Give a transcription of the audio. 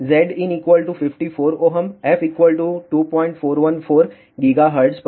Zin 54 Ω f 2414 GHz पर